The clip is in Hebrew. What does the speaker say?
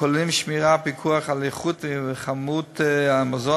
הכוללים שמירה ופיקוח על איכות וכמות המזון